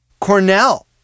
Cornell